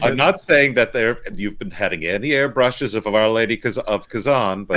ah not saying that there you've been having any airbrushes of of our lady because of kazan. but